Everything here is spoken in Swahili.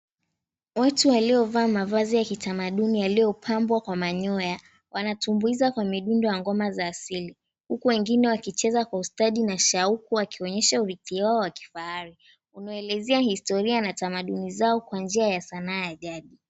Watu waliyovaa mavazi ya kitamaduni yaliyopambwa kwa manyoya wanatumbuiza kwa midundo ya ngoma ya asili, huku wengine wakicheza kwa ustadi na shauku wakionyesha urithi wao wa kifahari. Unaeleza historia na tamaduni zao kuanzia ya sanaa ya jadi.